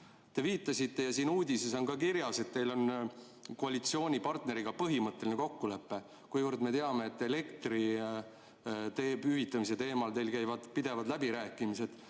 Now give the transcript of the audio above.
Te viitasite – siin uudises on ka see kirjas –, et teil on koalitsioonipartneriga põhimõtteline kokkulepe. Kuivõrd me teame, et elektri hinna hüvitamise teemal käivad teil pidevad läbirääkimised,